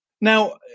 Now